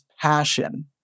passion